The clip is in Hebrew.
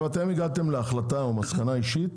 אתם הגעתם להחלטה או למסקנה אישית